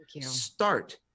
start